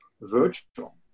virtual